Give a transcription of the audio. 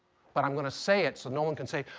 but i'm going to say it so no one can say,